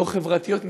לא חברתיות,